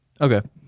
Okay